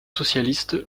socialiste